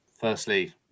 firstly